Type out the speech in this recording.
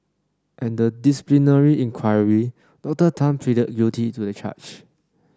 at the disciplinary inquiry Doctor Tan pleaded guilty to the charge